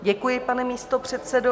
Děkuji, pane místopředsedo.